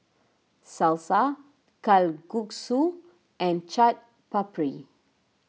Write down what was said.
Salsa Kalguksu and Chaat Papri